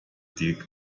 die